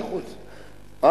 מה?